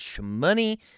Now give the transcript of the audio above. money